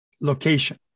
location